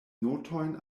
notojn